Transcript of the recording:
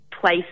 place